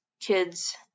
kids